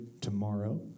tomorrow